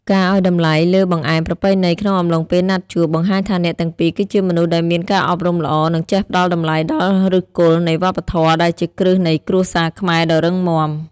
ការឱ្យតម្លៃលើបង្អែមប្រពៃណីក្នុងអំឡុងពេលណាត់ជួប បង្ហាញថាអ្នកទាំងពីរគឺជាមនុស្សដែលមានការអប់រំល្អ និងចេះផ្ដល់តម្លៃដល់ឫសគល់នៃវប្បធម៌ដែលជាគ្រឹះនៃគ្រួសារខ្មែរដ៏រឹងមាំ។